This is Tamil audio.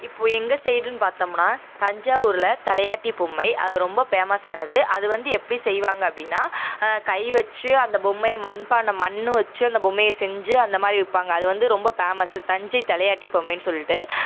இப்போது எங்கள் சைடுனு பார்த்தோம்னா தஞ்சாவூரில் தலையாட்டி பொம்மை அது ரொம்ப பேமஸானது அது வந்து எப்படி செய்வாங்க அப்படினா கை வச்சு அந்த பொம்மையை மண் பாண்டம் மண் வச்சு அந்த பொம்மையை செஞ்சு அந்த மாதிரி விற்பாங்க அது வந்து ரொம்ப பேமஸு தஞ்சை தலையாட்டி பொம்மைனு சொல்லிட்டு